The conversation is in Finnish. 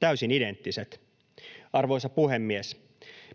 täysin identtiset. Arvoisa puhemies!